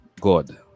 God